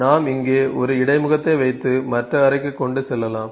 நாம் இங்கே ஒரு இடைமுகத்தை வைத்து மற்ற அறைக்கு கொண்டு செல்லலாம்